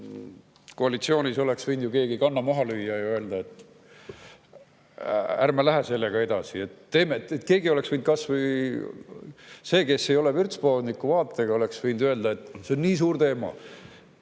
koalitsioonis oleks võinud ju keegi kanna maha lüüa ja öelda, et ärme läheme sellega edasi. Keegi oleks võinud – see, kes ei ole vürtspoodniku vaatega – öelda, et see on nii suur teema,